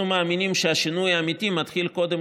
אנחנו מאמינים שהשינוי האמיתי מתחיל קודם